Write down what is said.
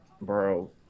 bro